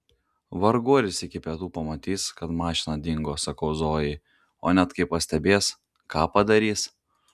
vargu ar jis iki pietų pamatys kad mašina dingo sakau zojai o net kai pastebės ką padarys